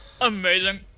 Amazing